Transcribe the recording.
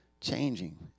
changing